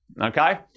okay